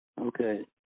Okay